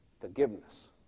forgiveness